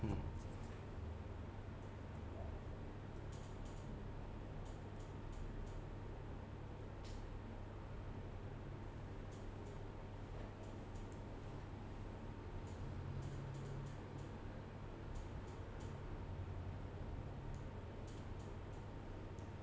mm